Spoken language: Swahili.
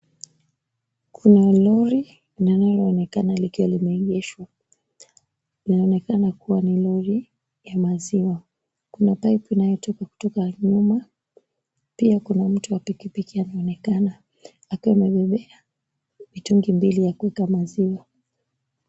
Kuna lori linaloonekana likiwa limeegeshwa, inaonekana kuwa ni lori la maziwa. Kuna pipe inayotoka kutoka nyuma, pia kuna mtu wa pikipiki anaonekana akiwa amebeba mitungi mbili ya kuweka maziwa.